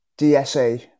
dsa